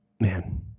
man